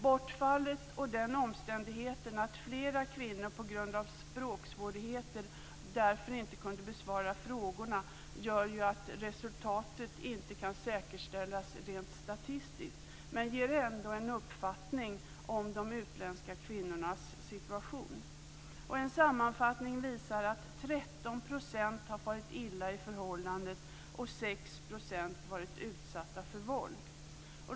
Bortfallet och den omständigheten att flera kvinnor på grund av språksvårigheter inte kunde besvara frågorna gör att resultatet inte kan säkerställas rent statistiskt. Men det ger ändå en uppfattning om de utländska kvinnornas situation. En sammanfattning visar att 13 % har farit illa i förhållandet och att 6 % har varit utsatta för våld.